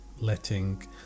letting